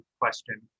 question